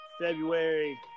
February